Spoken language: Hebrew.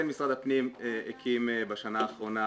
כן משרד הפנים הקים בשנה האחרונה